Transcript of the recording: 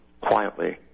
quietly